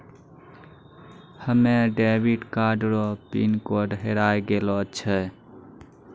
हमे debit card रो pin code हेराय गेलो छै